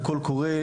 קול קורא,